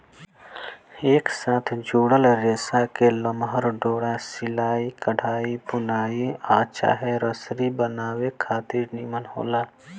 एक साथ जुड़ल रेसा के लमहर डोरा सिलाई, कढ़ाई, बुनाई आ चाहे रसरी बनावे खातिर निमन होला